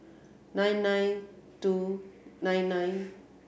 nine nine two nine nine